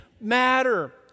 matter